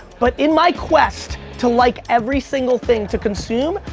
but in my quest to like every single thing to consume,